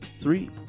three